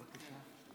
בבקשה.